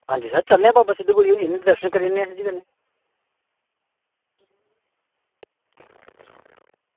आं जी सर चलने आं बाबा सिद्ध गोरिया दे ते दर्शन करी औने आं